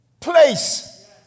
Place